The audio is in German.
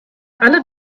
alle